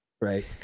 right